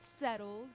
settled